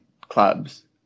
clubs